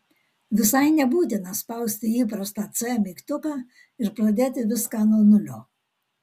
visai nebūtina spausti įprastą c mygtuką ir pradėti viską nuo nulio